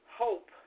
hope